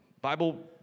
Bible